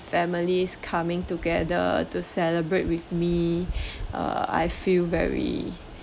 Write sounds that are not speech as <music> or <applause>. families coming together to celebrate with me <breath> uh I feel very